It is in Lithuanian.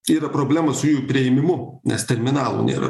yra problema su jų priėmimu nes terminalų nėra